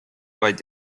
vaid